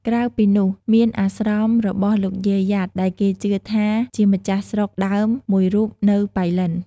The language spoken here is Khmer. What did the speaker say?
ក្រៅពីនោះមានអាស្រមរបស់លោកយាយយ៉ាតដែលគេជឿថា ជាម្ចាស់ស្រុកដើមមួយរូបនៅប៉ៃលិន។